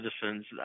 citizens